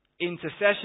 intercession